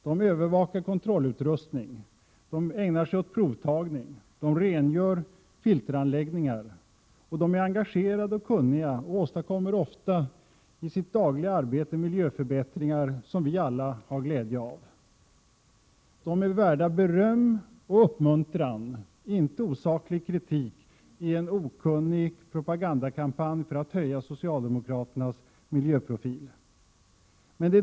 De övervakar kontrollutrustning, de ägnar sig åt provtagning, de rengör filteranläggningar. De är engagerade och kunniga och åstadkommer ofta i sitt dagliga arbete miljöförbättringar som vi alla har glädje av. De är värda beröm och uppmuntran, inte osaklig kritik i en okunnig propagandakampanj för att höja socialdemokraternas miljöprofil.